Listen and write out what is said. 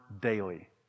daily